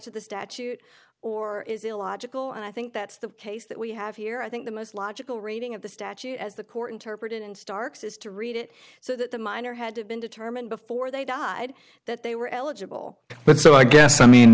of the statute or is illogical and i think that's the case that we have here i think the most logical reading of the statute as the court interpreted and starks is to read it so that the minor had been determined before they died that they were eligible but so i guess i mean